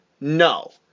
No